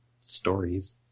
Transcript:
stories